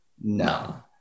No